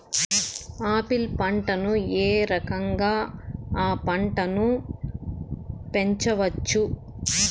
Apple పంటను ఏ రకంగా అ పంట ను పెంచవచ్చు?